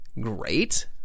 Great